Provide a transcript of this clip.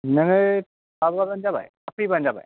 नोङो माबाबानो जाबाय थाब फैबानो जाबाय